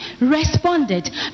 responded